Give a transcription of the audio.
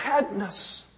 sadness